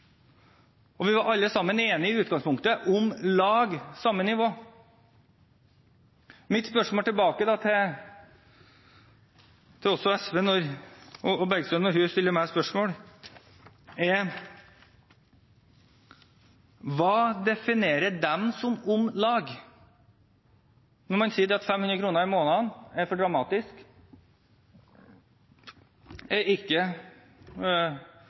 var alle sammen enige om i utgangspunktet «om lag» samme nivå. Mitt spørsmål tilbake til SV og Bergstø når hun stiller meg spørsmål, er: Hva definerer SV som «om lag», når de sier at 500 kr i måneden er for dramatisk – er ikke